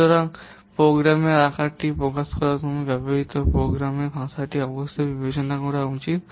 সুতরাং প্রোগ্রামের আকারটি প্রকাশ করার সময় ব্যবহৃত প্রোগ্রামিং ভাষাটি অবশ্যই বিবেচনায় নেওয়া উচিত